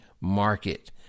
market